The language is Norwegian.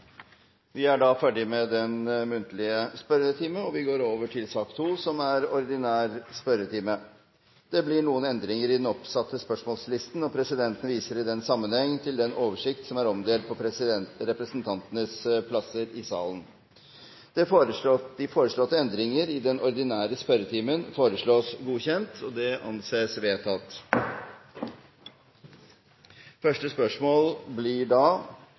Vi er da ferdige med den muntlige spørretimen og går over til den ordinære spørretimen. Det blir noen endringer i den oppsatte spørsmålslisten, og presidenten viser i den sammenheng til den oversikt som er omdelt på representantenes plasser i salen. De foreslåtte endringer i den ordinære spørretimen foreslås godkjent. – Det anses vedtatt. Endringene var som følger: Spørsmål 1, fra representanten Snorre Serigstad Valen til finansministeren, er utsatt til neste spørretime, da